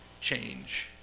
change